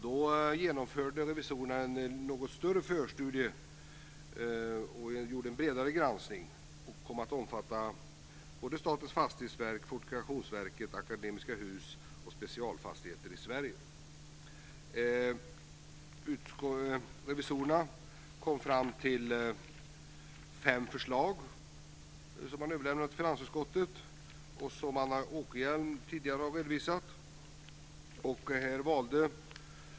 Då genomförde revisorerna en något större förstudie och en bredare granskning som kom att omfatta Statens fastighetsverk, Fortifikationsverket, Revisorerna kom fram till fem förslag som man överlämnade till finansutskottet. Anna Åkerhielm har tidigare redovisat dem.